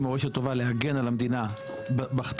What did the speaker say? מורשת טובה להגן על המדינה בטיעונים.